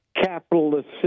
Capitalist